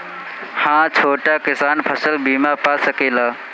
हा छोटा किसान फसल बीमा पा सकेला?